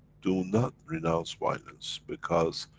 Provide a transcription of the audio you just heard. do not renounce violence because,